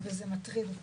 וזה מטריד אותי.